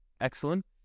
excellent